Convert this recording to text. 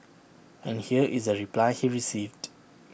and here is the reply he received